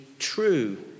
true